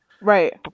right